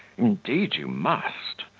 indeed you must.